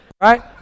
Right